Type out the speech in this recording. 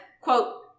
quote